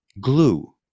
glue